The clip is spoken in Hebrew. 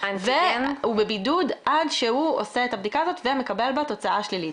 והוא בבידוד עד שהוא עושה את הבדיקה הזאת ומקבל בה תוצאה שלילית.